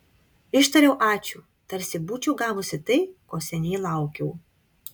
ištariau ačiū tarsi būčiau gavusi tai ko seniai laukiau